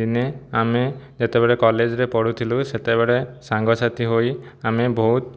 ଦିନେ ଆମେ ଯେତେବେଳେ କଲେଜରେ ପଢ଼ୁଥିଲୁ ସେତେବେଳେ ସାଙ୍ଗସାଥି ହୋଇ ଆମେ ବହୁତ